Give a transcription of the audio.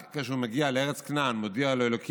רק כשהוא מגיע לארץ כנען, מודיע לו ה':